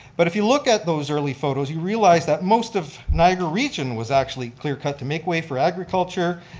but if you look at those early photos, you realize that most of niagara region was actually clear-cut to make way for agriculture.